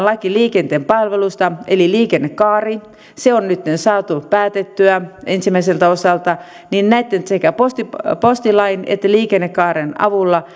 laki liikenteen palveluista eli liikennekaari se on nytten saatu päätettyä ensimmäiseltä osalta niin näitten sekä postilain että liikennekaaren avulla